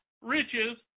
riches